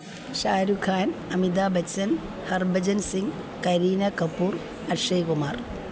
Shah Rukh Khan Amitabh Bachchan Harbhajan Singh Kareena Kapoor Akshay Kumar